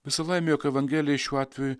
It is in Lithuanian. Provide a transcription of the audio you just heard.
visa laimė jog evangelijai šiuo atveju